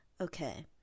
Okay